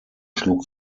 schlug